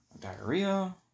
diarrhea